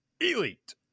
Elite